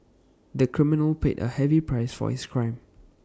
the criminal paid A heavy price for his crime